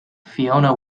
fiona